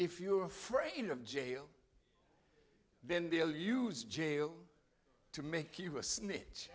if you are afraid of jail then they'll use jail to make you a snitch